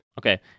Okay